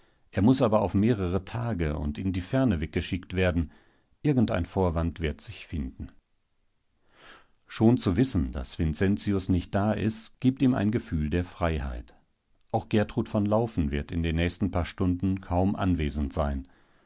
er muß aber auf mehrere tage und in die ferne weggeschickt werden irgendein vorwand wird sich finden schon zu wissen daß vincentius nicht da ist gibt ihm ein gefühl der freiheit auch gertrud von laufen wird in den nächsten paar stunden kaum anwesend sein